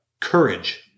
courage